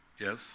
Yes